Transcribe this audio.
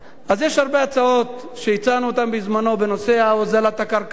בזמנו הצענו הרבה הצעות בנושא הוזלת הקרקעות,